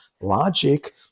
logic